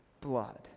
blood